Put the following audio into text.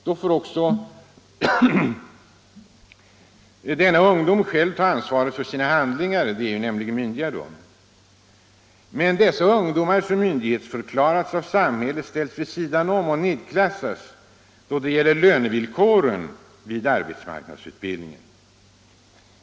Då får också de unga själva ta ansvaret för sina handlingar. Men dessa ungdomar som myndighetsförklarats av samhället ställs vid sidan om och nedklassas då det gäller lönevillkoren vid arbetsmarknadsutbildningen.